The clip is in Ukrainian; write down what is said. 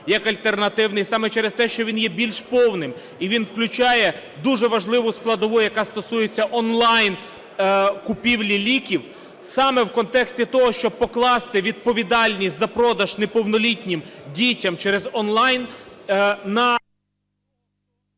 як альтернативний саме через те, що він є більш повним. І він включає дуже важливу складову, яка стосується онлайн-купівлі ліків саме в контексті того, щоб покласти відповідальність за продаж неповнолітнім дітям через онлайн на...